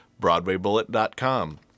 broadwaybullet.com